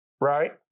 right